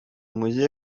музее